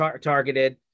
targeted